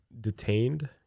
detained